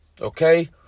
okay